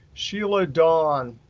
sheila dawn,